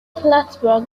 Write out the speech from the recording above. plattsburgh